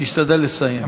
תשתדל לסיים.